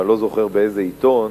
אני לא זוכר באיזה עיתון.